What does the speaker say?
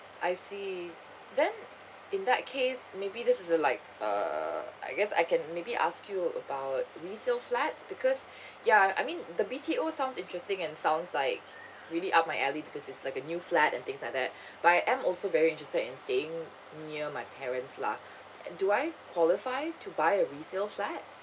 I see then in that case maybe this is uh like uh I guess I can maybe ask you about recent flat because yeah I mean the B_T_O sounds interesting and sounds like really up my alley because it's like a new flat and things like that but I am also very interested in staying near my parents lah do I qualify to buy a resale flat